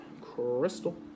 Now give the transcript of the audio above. Crystal